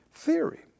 theory